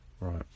right